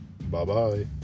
Bye-bye